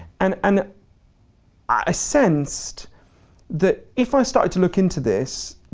and and i sensed that if i started to look into this,